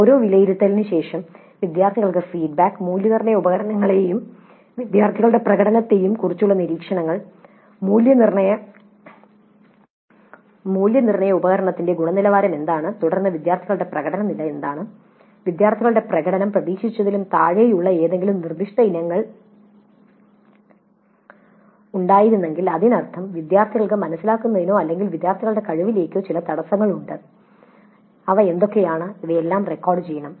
ഓരോ വിലയിരുത്തലിനും ശേഷം വിദ്യാർത്ഥികൾക്ക് ഫീഡ്ബാക്ക് മൂല്യനിർണ്ണയ ഉപകരണങ്ങളെയും വിദ്യാർത്ഥികളുടെ പ്രകടനത്തെയും കുറിച്ചുള്ള നിരീക്ഷണങ്ങൾ മൂല്യനിർണ്ണയ ഉപകരണത്തിന്റെ ഗുണനിലവാരം എന്താണ് തുടർന്ന് വിദ്യാർത്ഥികളുടെ പ്രകടന നില എന്താണ് വിദ്യാർത്ഥികളുടെ പ്രകടനം പ്രതീക്ഷിച്ചതിലും താഴെയുള്ള ഏതെങ്കിലും നിർദ്ദിഷ്ട ഇനങ്ങൾ ഉണ്ടായിരുന്നെങ്കിൽ അതിനർത്ഥം വിദ്യാർത്ഥികൾ മനസ്സിലാക്കുന്നതിനോ അല്ലെങ്കിൽ വിദ്യാർത്ഥികളുടെ കഴിവുകളിലേക്കോ ചില തടസ്സങ്ങളുണ്ട് അവയൊക്കെ എന്തൊക്കെയാണ് അവയെല്ലാം റെക്കോർഡുചെയ്യണം